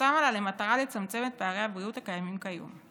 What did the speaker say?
ששמה לה למטרה לצמצם את פערי הבריאות הקיימים כיום.